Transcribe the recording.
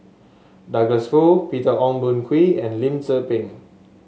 Douglas Foo Peter Ong Boon Kwee and Lim Tze Peng